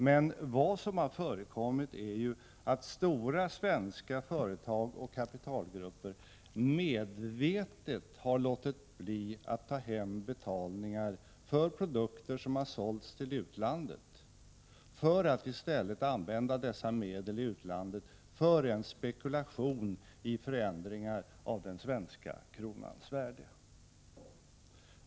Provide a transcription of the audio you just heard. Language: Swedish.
Men vad som har förekommit är att stora svenska företag och kapitalgrupper medvetet har låtit bli att ta hem betalningar för produkter som har sålts till utlandet, för att i stället använda dessa medel i utlandet till en spekulation i förändringar av den svenska kronans värde.